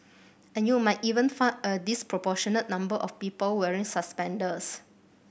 and you might even find a disproportionate number of people wearing suspenders